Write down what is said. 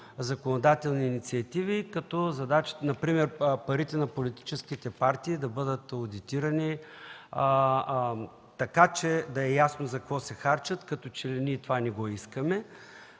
законодателни инициативи – например парите на политическите партии да бъдат одитирани, така че да е ясно за какво се харчат, като че ли ние това не го искаме.